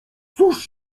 cóż